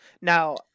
Now